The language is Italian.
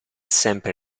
sempre